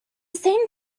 same